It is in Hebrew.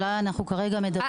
עליה אנחנו מדברים כרגע,